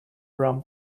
around